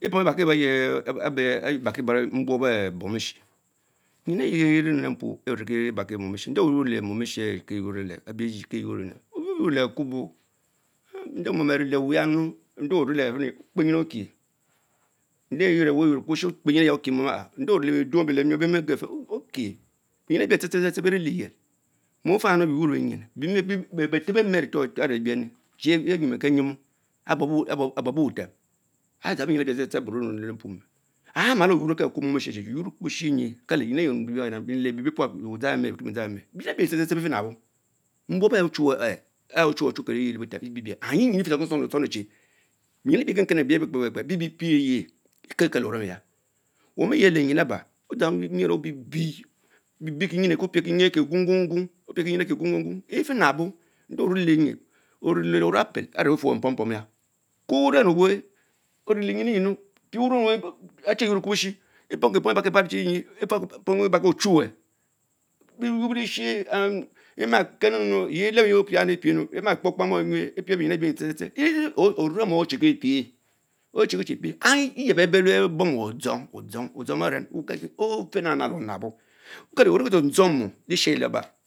Hedjie beh pomu lefal enu ochuwe omie yuon orue oyich, gelowe om borience and bey milyurt once ouich already, evee oehuwe adyari wab chie fris fing atuon atro aya leba ve cuie ekelo onem; yen mpom pom tse mum eelmine deh dek obaraye Ohh le kama kang benjin aкте кро abie pie ernie met ochswer can benyin abee pie Pichys nunu, emul pom barki baro ayie belich, behes abe okeke alba, epom ebarki akubo aakubo efer, epie lebo ke akubo ayie-tieli, erickipieleko, nwun lovch belie lie lie lich, mich kelo yeh en file akubo kie hebthe teokelo en kelo orem, bom blae taeme bell mi Yelie le einn mapam because bee Lie belien omake schuwutic oma ke oma voun lee shrewnty ebebe because ofile akubo ko oma oku-mu- akubo are feh omamun Edigan nyimi koki uyun alkubo vourie gou, u welwel-uwel, awe omale kokie le ashuebutu vien bow ekelo overal, eman etanki farmo, ewun efamki faro because yea Chulichy usheya. se cum esseys otor, etcut Raven bie leshani Ochive shem bitshem le bufurr a bun ochume orue chi odzanyi dza yieh eme kie mah ken ennu yeh elepbo opia ema kpe okpemamom kee nynor, ovom Occhce kia pich aman eyebebele bom Odzong, odjong beren ofina nat le Onabo kele orieke dzong dzong mom lesheyelaba.